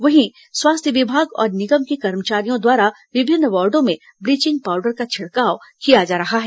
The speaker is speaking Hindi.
वहीं स्वास्थ्य विभाग और निगम के कर्मचारियों द्वारा विभिन्न वार्डो में ब्लीचिंग पाउडर का छिड़काव किया जा रहा है